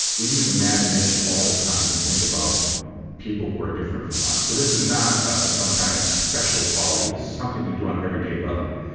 we use imagination all the time to think about people who are different from us. so this is not ah some kind of special quality, this is something we do on an everyday level.